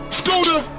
scooter